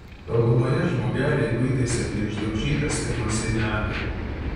tolumoje žmogeliai kuitėsi apie išdaužytą stiklo sienelę